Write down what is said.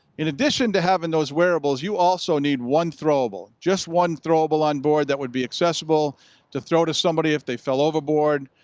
in addition to having those wearables, you also need one throwable. just one throwable onboard that would be accessible to throw to somebody if they fell overboard,